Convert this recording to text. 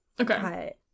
okay